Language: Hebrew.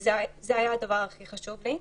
זה היה הדבר הכי חשוב לי.